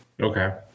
okay